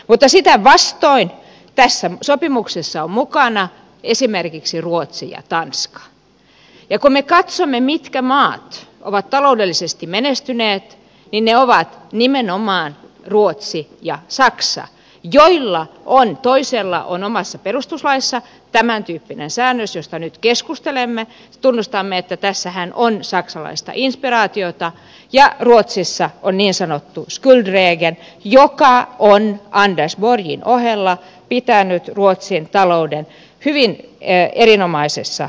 sitä vastoin tässä sopimuksessa ovat mukana esimerkiksi ruotsi ja tanska ja kun me katsomme mitkä maat ovat taloudellisesti menestyneet niin ne ovat nimenomaan ruotsi ja saksa joista toisella on omassa perustuslaissa tämäntyyppinen säännös josta nyt keskustelemme tunnustamme että tässähän on saksalaista inspiraatiota ja ruotsissa on niin sanottu skuldregel joka on anders borgin ohella pitänyt ruotsin talouden hyvin erinomaisessa jamassa